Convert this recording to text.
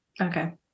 Okay